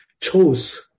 chose